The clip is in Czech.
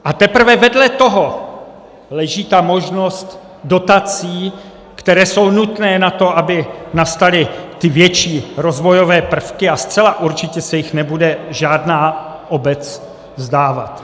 A teprve vedle toho leží ta možnost dotací, které jsou nutné na to, aby nastaly ty větší rozvojové prvky, a zcela určitě se jich nebude žádná obec vzdávat.